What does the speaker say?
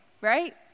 right